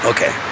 Okay